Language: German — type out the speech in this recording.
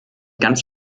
ganz